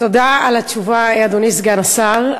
תודה על התשובה, אדוני סגן השר.